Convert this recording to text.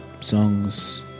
songs